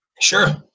sure